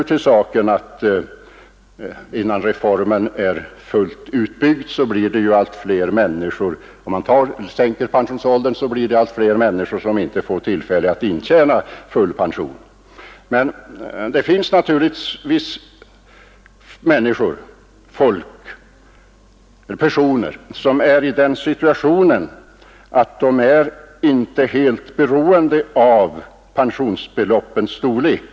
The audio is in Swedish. Till saken hör också att det genom en sänkning av pensionsåldern skulle bli allt flera människor som inte hinner intjäna full pension innan reformen är helt utbyggd. Men det finns naturligtvis personer, som befinner sig i den situationen att de inte är helt beroende av pensionsbeloppens storlek.